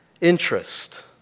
interest